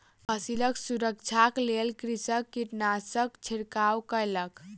फसिलक सुरक्षाक लेल कृषक कीटनाशकक छिड़काव कयलक